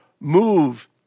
move